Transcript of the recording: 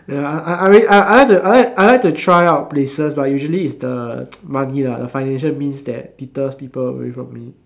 ya I I I mean I like to I like I like to try out places but usually is the money lah the financial means that deters people away from me